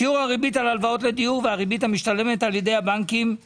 שיעור הריבית על הלוואות לדיור והריבית המשתלמת על-ידי הבנקים על